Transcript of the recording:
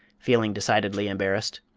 feeling decidedly embarrassed.